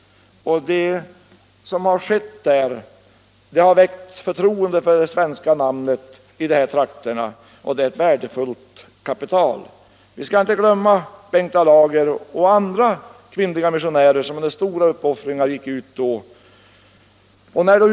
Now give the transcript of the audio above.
Det som har uträttats har väckt förtroende för Sverige i dessa trakter, och det är ett värdefullt kapital. Vi skall inte glömma Bengta Lager och andra kvinnliga missionärer som med stora uppoffringar har gjort en insats på detta område.